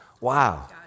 Wow